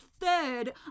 third